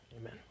amen